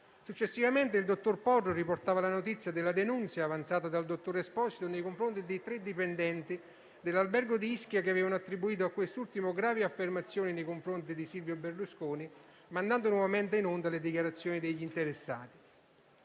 Successivamente il dottor Porro riportava la notizia della denuncia avanzata dal dottor Esposito nei confronti di tre dipendenti dell'albergo di Ischia che avevano attribuito a quest'ultimo gravi affermazioni nei confronti di Silvio Berlusconi, mandando nuovamente in onda le dichiarazioni degli interessati.